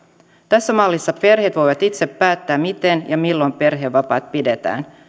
tässä mallissa perheet voivat itse päättää miten ja milloin perhevapaat pidetään